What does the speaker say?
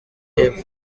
y’epfo